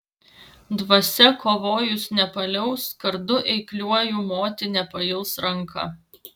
dvasia kovojus nepaliaus kardu eikliuoju moti nepails ranka